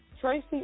Tracy